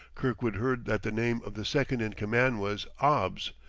kirkwood heard that the name of the second-in-command was obbs,